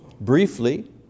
briefly